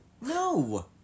No